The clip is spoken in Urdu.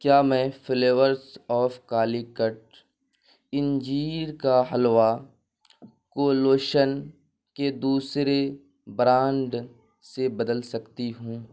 کیا میں فلیورس آف کالیکٹ انجیر کا حلوہ کو لوشن کے دوسرے برانڈ سے بدل سکتی ہوں